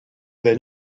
the